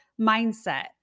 mindset